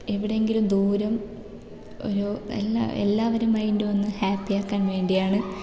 എവിടെ എങ്കിലും ദൂരം ഒരു എല്ലാവരും മൈൻഡ് ഒന്ന് ഹാപ്പി അക്കാൻ വേണ്ടിയാണ്